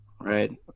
Right